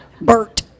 Bert